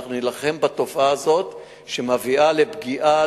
אנחנו נילחם בתופעה שמביאה לפגיעה,